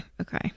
okay